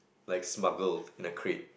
like smuggled in a crate